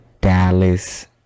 Dallas